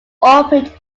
operate